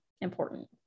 important